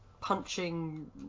punching